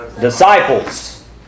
disciples